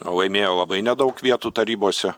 laimėjo labai nedaug vietų tarybose